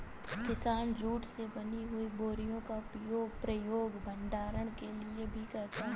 किसान जूट से बनी हुई बोरियों का प्रयोग भंडारण के लिए भी करता है